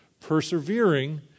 persevering